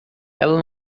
ela